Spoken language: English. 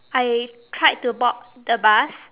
I tried to board the bus